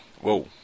Whoa